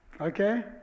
okay